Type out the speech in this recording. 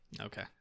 okay